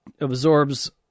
absorbs